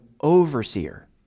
overseer